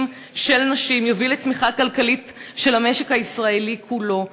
של נשים יביא לצמיחה כלכלית של המשק הישראלי כולו.